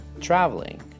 traveling